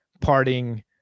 parting